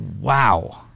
Wow